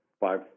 five